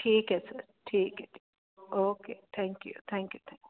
ਠੀਕ ਹੈ ਸਰ ਠੀਕ ਹੈ ਜੀ okay thank you thank you